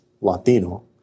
Latino